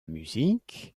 musique